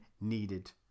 needed